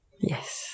Yes